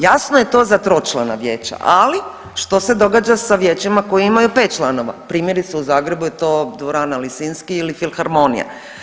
Jasno je to za tročlana vijeća, ali što se događa sa vijećima koja imaju 5 članova, primjerice u Zagrebu je to dvorana Lisinski ili filharmonija.